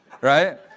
right